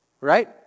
Right